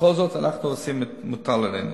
בכל זאת, אנחנו עושים את המוטל עלינו.